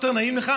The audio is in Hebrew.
יותר נעים לך,